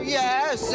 yes